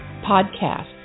podcasts